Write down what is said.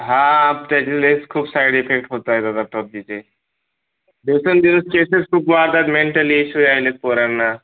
हां त्याचे लेस खूप साईड इफेक्ट होत आहेत आता पबजीचे दिवसेंदिवस केसेस खूप वाढतात मेंटल इश्यू यायलेत पोरांना